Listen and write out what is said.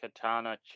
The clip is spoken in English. Katana